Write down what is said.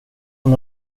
hon